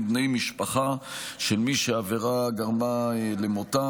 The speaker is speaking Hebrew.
בני משפחה של מי שהעבירה גרמה למותם.